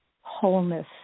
wholeness